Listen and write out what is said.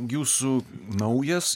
jūsų naujas